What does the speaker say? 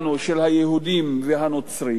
של היהודים והנוצרים,